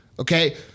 Okay